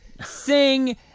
sing